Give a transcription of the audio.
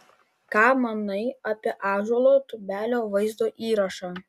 ką manai apie ąžuolo tubelio vaizdo įrašą